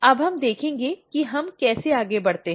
अब हम देखेंगे कि हम कैसे आगे बढ़ते हैं